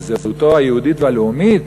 בזהותו היהודית והלאומית,